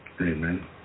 Amen